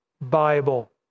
Bible